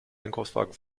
einkaufswagen